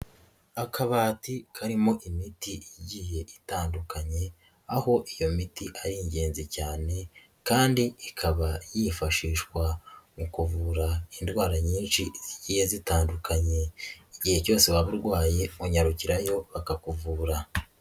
Akabati karimo imiti igiye itandukanye aho iyo miti ari ingenzi cyane kandi ikaba yifashishwa mu kuvura indwara nyinshi zigiye zitandukanye. Igihe cyose waba urwaye unyarukirayo bakakuvura.